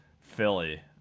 Philly